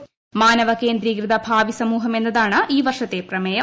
മാനവ കേന്ദ്രീകൃത ഭാവി സമൂഹം എന്നതാണ് ഈ വർഷത്തെ പ്രമേയം